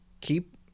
keep